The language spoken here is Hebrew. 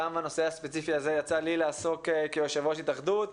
גם בנושא הספציפי הזה יצא לי לעסוק כיושב-ראש ההתאחדות.